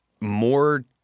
more